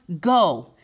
go